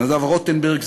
נדב רוטנברג,